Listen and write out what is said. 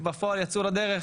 בפועל יצאו לדרך.